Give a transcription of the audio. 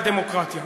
על דמוקרטיה.